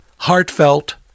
Heartfelt